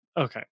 okay